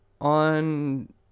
On